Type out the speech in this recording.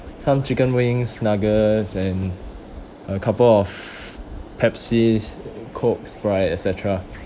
some chicken wings nuggets and a couple of pepsi coke sprite etcetera